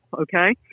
okay